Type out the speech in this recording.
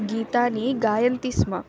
गीतानि गायन्ति स्म